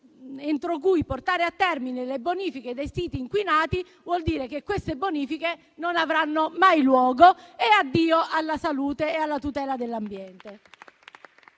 entro cui portare a termine le bonifiche dei siti inquinati, vuol dire che le stesse non avranno mai luogo e addio alla salute e alla tutela dell'ambiente!